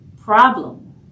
problem